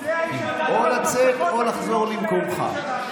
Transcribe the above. או לצאת, או לחזור למקומך.